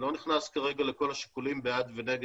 אני לא נכנס כרגע לכל השיקולים בעד ונגד,